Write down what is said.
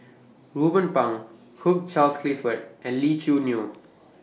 Ruben Pang Hugh Charles Clifford and Lee Choo Neo